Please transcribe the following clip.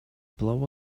blow